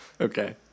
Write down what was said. Okay